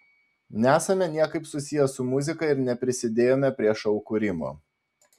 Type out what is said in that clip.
nesame niekaip susiję su muzika ir neprisidėjome prie šou kūrimo